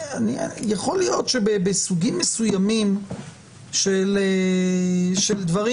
יכול להיות שבסוגים מסוימים של דברים,